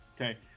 Okay